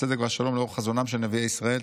הצדק והשלום לאור חזונם של נביאי ישראל,